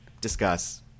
Discuss